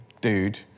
dude